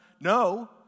No